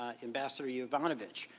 ah ambassador yovanovitch,